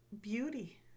beauty